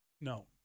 no